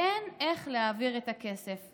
ואין איך להעביר את הכסף.